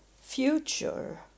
future